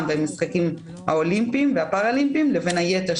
והמשחקים האולימפיים והפאראלימפיים לבין היתר,